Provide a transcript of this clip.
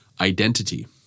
identity